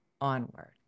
onward